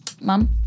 Mom